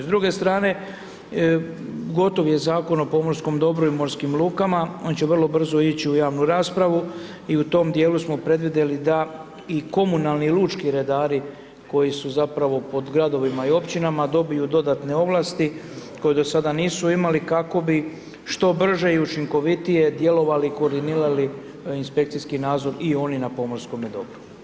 S druge strane, gotovo je Zakon o pomorskom dobru i morskim lukama, on će vrlo brzo ići u javnu raspravu i u tom djelu smo predvidjeli da i komunalni i lučki redari koji su zapravo pod gradovima i općinama, dobiju dodatne ovlasti koje do sada nisu imali kako bi što brže i učinkovitije djelovali i koordinirali inspekcijski nadzori i oni na pomorskome dobru.